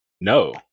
no